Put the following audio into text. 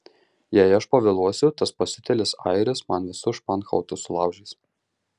jei aš pavėluosiu tas pasiutėlis airis man visus španhautus sulaužys